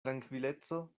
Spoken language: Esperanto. trankvileco